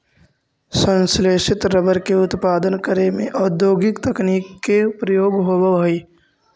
संश्लेषित रबर के उत्पादन करे में औद्योगिक तकनीक के प्रयोग होवऽ हइ